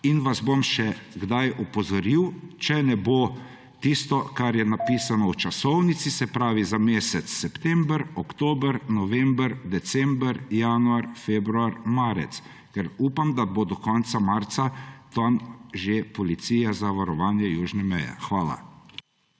in vas bom še kdaj opozoril, če ne bo opravljeno tisto, kar je napisano v časovnici; se pravi, za mesec september, oktober, november, december, januar, februar, marec. Upam, da bo do konca marca tam že policija za varovanje južne meje. Hvala.